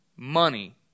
Money